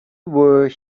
were